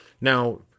Now